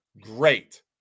great